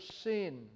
sin